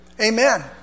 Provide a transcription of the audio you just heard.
Amen